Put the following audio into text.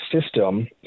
System